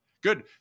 Good